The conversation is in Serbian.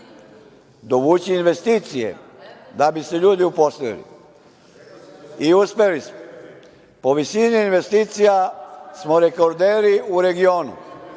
dovući investicije da bi se ljudi uposlili, i uspeli smo. Po visini investicija smo rekorderi u regionu.